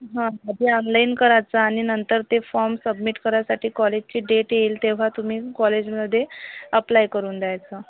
हां आधी ऑनलाईन करायचा आणि नंतर ते फॉम सबमिट करायसाठी कॉलेजची डेट येईल तेव्हा तुम्ही कॉलेजमध्ये अप्लाय करून द्यायचा